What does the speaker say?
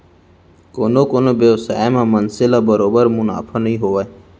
कोनो कोनो बेवसाय म मनसे ल बरोबर मुनाफा नइ होवय